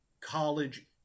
college